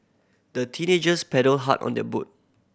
the teenagers paddled hard on their boat